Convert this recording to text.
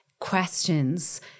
questions